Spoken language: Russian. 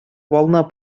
волна